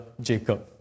Jacob